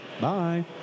Bye